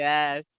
Yes